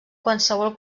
qualsevol